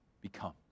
become